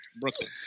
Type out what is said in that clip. Brooklyn